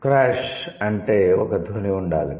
'crash' అంటే ఒక ధ్వని ఉండాలి